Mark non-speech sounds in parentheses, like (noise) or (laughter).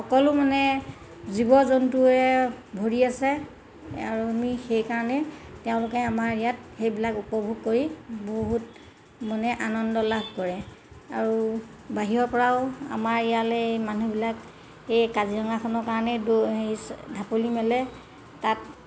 সকলো মানে জীৱ জন্তুৱে ভৰি আছে আৰু আমি সেইকাৰণেই তেওঁলোকে আমাৰ ইয়াত সেইবিলাক উপভোগ কৰি বহুত মানে আনন্দ লাভ কৰে আৰু বাহিৰৰপৰাও আমাৰ ইয়ালৈ মানুহবিলাক এই কাজিৰঙাখনৰ কাৰণেই (unintelligible) এই ঢাপলি মেলে তাত